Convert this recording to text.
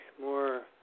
more